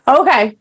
okay